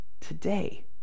today